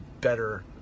better